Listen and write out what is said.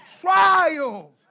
Trials